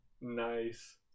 nice